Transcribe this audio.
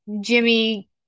Jimmy